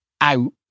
out